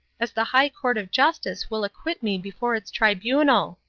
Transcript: as the high court of justice will acquit me before its tribunal.